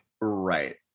right